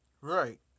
Right